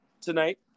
tonight